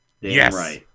Yes